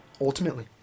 ultimately